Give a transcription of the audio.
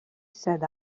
said